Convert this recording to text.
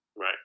Right